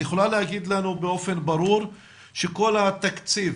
את יכולה להגיד לנו באופן ברור שכל התקציב